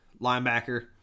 Linebacker